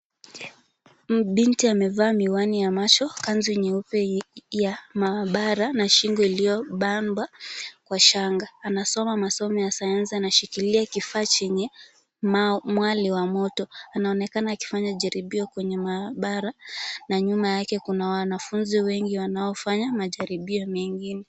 Binti amevaa miwani ya macho, kanzu nyeupe ya maabara na shingo iliyobamba kwa shanga. Anasoma masomo ya Sayansi, anashikilia kifaa chenye mwale wa moto. Anaonekana akifanya jaribio kwenye maabara na nyuma yake kuna wanafunzi wengi wanaofanya majaribio mengine.